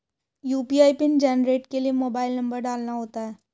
UPI PIN generate के लिए mobile number डालना होता है